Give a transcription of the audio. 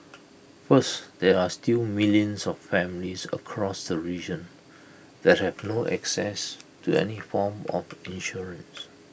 first there are still millions of families across the region that have no access to any form of insurance